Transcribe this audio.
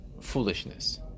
foolishness